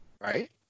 Right